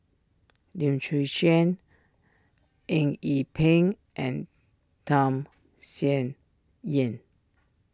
Lim Chwee Chian Eng Yee Peng and Tham Sien Yen